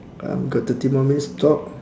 um got thirty more minutes to talk